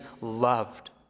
loved